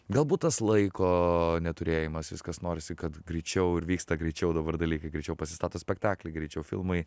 galbūt tas laiko neturėjimas viskas norisi kad greičiau ir vyksta greičiau dabar dalykai greičiau pasistato spektakliai greičiau filmai